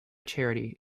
charity